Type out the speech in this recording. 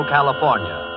California